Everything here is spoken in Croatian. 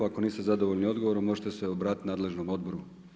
Ako niste zadovoljni odgovorom možete se obratiti nadležnom odboru.